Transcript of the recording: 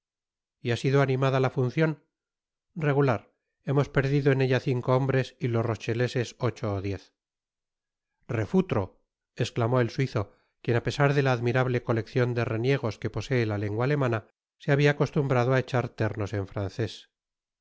y ha sido animada la funcion regular hemos perdido en ella cinco hombres y los rocheleses ocho ó diez refutro esclamó el suizo quien á pesar de la admirable coleccion de reniegos que posee la lengua alemana se habia acostumbrado á echar temos en francés